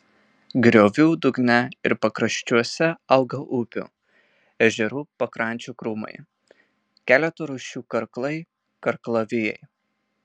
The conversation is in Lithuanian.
griovų dugne ir pakraščiuose auga upių ežerų pakrančių krūmai keleto rūšių karklai karklavijai